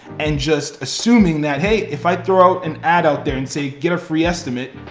and just assuming that, hey, if i throw out an ad out there and say get a free estimate,